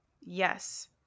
Yes